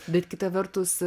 bet kita vertus